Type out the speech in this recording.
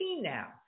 now